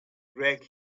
greg